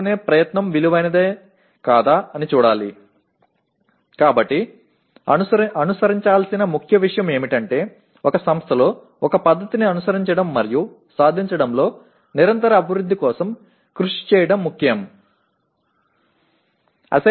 எனவே பின்பற்ற வேண்டியது என்னவென்றால் ஒரு கல்வி நிறுவனம் முழுவதும் ஒரு முறையைப் பின்பற்றி அடைதலில் தொடர்ச்சியான முன்னேற்றத்திற்கு பாடுபடுவது முக்கியம் சரியா